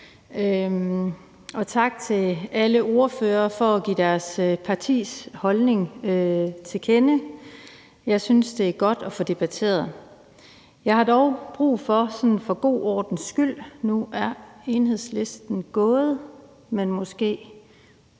og tak til alle ordførere for at give deres partis holdning til kende. Jeg synes, det er godt at få debatteret det. Nu er ordføreren for Enhedslisten gået, men måske